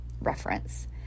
reference